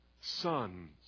sons